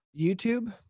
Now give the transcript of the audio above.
youtube